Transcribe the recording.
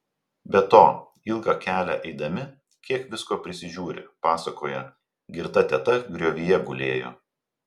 be to ilgą kelią eidami kiek visko prisižiūri pasakoja girta teta griovyje gulėjo